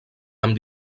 amb